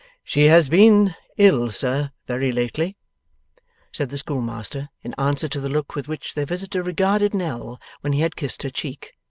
she has been ill, sir, very lately said the schoolmaster, in answer to the look with which their visitor regarded nell when he had kissed her cheek.